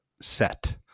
set